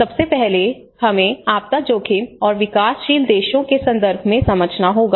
सबसे पहले हमें आपदा जोखिम और विकासशील देशों के संदर्भ से समझना होगा